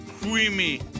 creamy